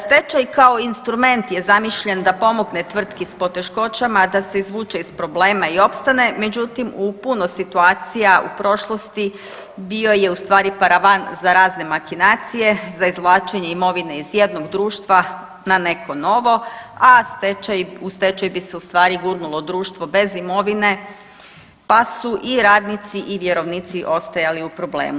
Stečaj kao instrument je zamišljen da pomogne tvrtki sa poteškoćama da se izvuče iz problema i opstane, međutim u puno situacija u prošlosti bio je u stvari paravan za razne makinacije, za izvlačenje imovine iz jednog društva na neko novo a u stečaj bi se u stvari gurnulo društvo bez imovine pa su i radnici i vjerovnici ostajali u problemu.